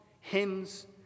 hymns